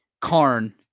Karn